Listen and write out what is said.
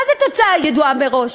מה זה "התוצאה ידועה מראש"?